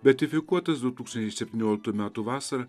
beatifikuotas du tūkstančiai septynioliktų metų vasarą